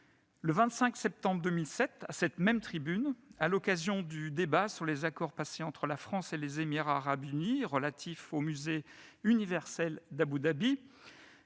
Le 25 septembre 2007, à cette même tribune, à l'occasion du débat sur les accords passés entre la France et les Émirats arabes unis relatifs au musée universel d'Abou Dabi,